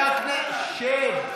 שב.